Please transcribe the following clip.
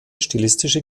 stilistische